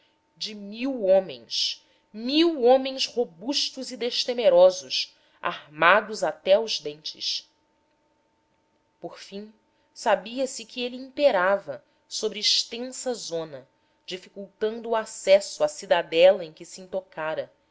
de mil homens mil homens robustos e destemerosos armados até aos dentes por fim sabia-se que ele imperava sobre extensa zona dificultando o acesso à cidadela em que se entocara